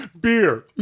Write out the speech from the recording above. beer